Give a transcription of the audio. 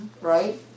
Right